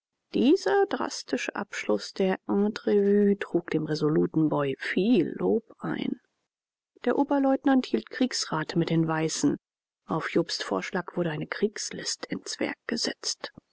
dieser drastische abschluß der entrevue trug dem resoluten boy viel lob ein der oberleutnant hielt kriegsrat mit den weißen auf jobsts vorschlag wurde eine kriegslist ins werk gesetzt